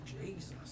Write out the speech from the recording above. Jesus